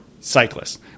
cyclists